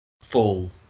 fall